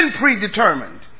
predetermined